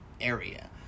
area